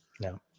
No